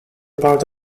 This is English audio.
part